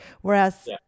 whereas